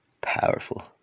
powerful